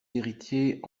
héritiers